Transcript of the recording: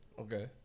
Okay